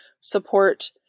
support